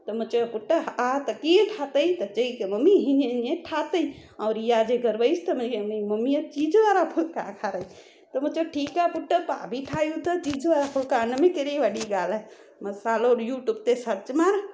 त मां चयो पुटु हा त कीअं ठाहियो त चई कि मम्मी हीअं हीअं ठाहियो ऐं रिया जे घरु वयसि त हुनजी मम्मीअ चीज़ वारा फुलका खाराईं त मां चयो ठीकु आहे पुट पाण बि ठाहियूं ता चीज़ वारा फुलका उन में कहिड़ी वॾी ॻाल्हि आहे मसालो यूट्यूब ते सर्च मार